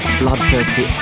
bloodthirsty